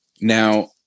now